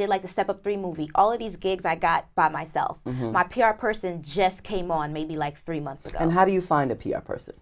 did like the step of three movie all of these gigs i got by myself my p r person just came on maybe like three months ago and how do you find a p r person